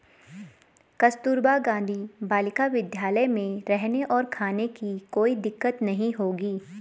कस्तूरबा गांधी बालिका विद्यालय में रहने और खाने की कोई दिक्कत नहीं होगी